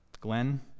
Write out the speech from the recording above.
Glenn